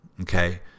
Okay